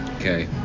okay